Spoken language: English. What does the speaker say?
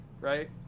right